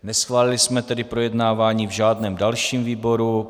Neschválili jsme tedy projednávání v žádném dalším výboru.